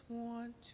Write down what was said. want